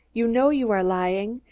you know you are lying!